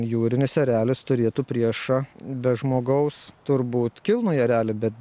jūrinis erelis turėtų priešą be žmogaus turbūt kilnųjį erelį bet